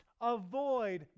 avoid